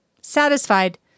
Satisfied